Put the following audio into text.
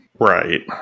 Right